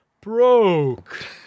broke